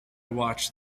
watched